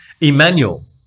Emmanuel